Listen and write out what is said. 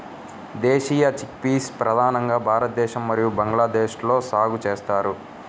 దేశీయ చిక్పీస్ ప్రధానంగా భారతదేశం మరియు బంగ్లాదేశ్లో సాగు చేస్తారు